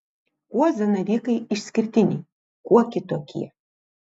kuo zanavykai išskirtiniai kuo kitokie